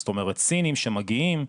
זאת אומרת סיניים שמגיעים.